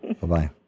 Bye-bye